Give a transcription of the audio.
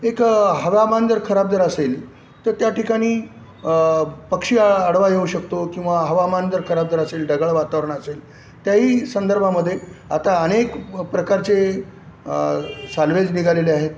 एक हवामान जर खराब जर असेली तर त्या ठिकाणी पक्षी आडवा येऊ शकतो किंवा हवामान जर खराब जर असेल ढगाळ वातावरण असेल त्याही संदर्भामध्ये आता अनेक प्रकारचे साल्वेज निघालेले आहेत